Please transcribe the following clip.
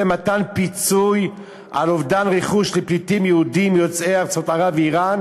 מתן פיצוי על אובדן רכוש לפליטים יהודים יוצאי ארצות ערב ואיראן,